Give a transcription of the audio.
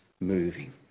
moving